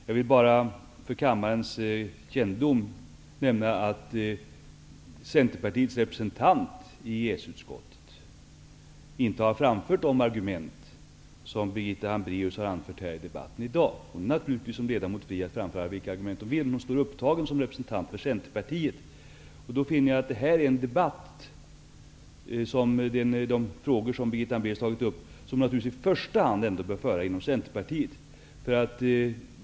Jag vill bara för kammarens kännedom nämna att Centerpartiets representant i EES-utskottet inte har framfört de argument som Birgitta Hambraeus har anfört här i debatten i dag. Hon är som ledamot naturligtvis fri att framföra vilka argument hon vill. Men hon står upptagen som representant för Centerpartiet. Den debatt som Birgitta Hambraeus tar upp bör i första hand föras inom Centerpartiet.